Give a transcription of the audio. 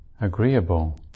agreeable